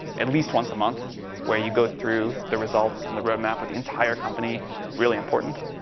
at least once a month where you go through the results and the real map with the entire company really important.